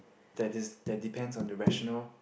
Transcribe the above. that is that depends on the rational